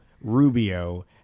Rubio